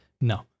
no